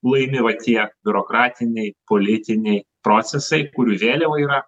laimi va tie biurokratiniai politiniai procesai kurių vėliava yra